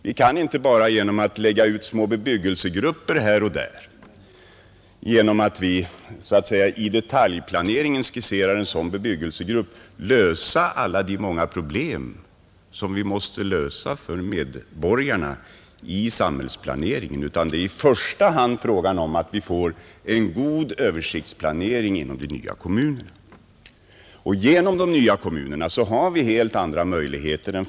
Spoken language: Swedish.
Vi kan inte genom att bara lägga ut små bebyggelsegrupper här och där, dvs. genom att vi i detaljplaneringen skisserar en sådan bebyggelsegrupp, lösa alla de många problem som vi måste lösa för medborgarna i samhällsplaneringen, utan det är i första hand fråga om att få en god översiktsplanering inom de nya kommunerna.